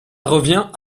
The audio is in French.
revient